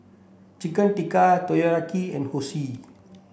Chicken Tikka Takoyaki and Zosui